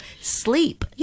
sleep